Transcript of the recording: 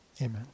amen